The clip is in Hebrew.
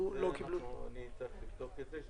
אני צריך לבדוק את זה.